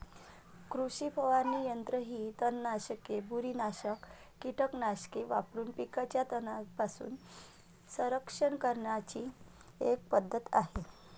कृषी फवारणी यंत्र ही तणनाशके, बुरशीनाशक कीटकनाशके वापरून पिकांचे तणांपासून संरक्षण करण्याची एक पद्धत आहे